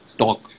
talk